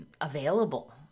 Available